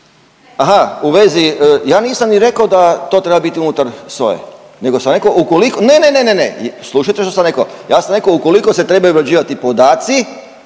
Aha, u vezi, ja nisam ni rekao da to treba biti unutar SOA-e, nego sam rekao ukoliko … Ne, ne, ne, ne, slušajte što sam rekao, ja sam rekao ukoliko se trebaju obrađivati podaci